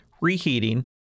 reheating